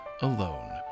alone